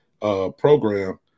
program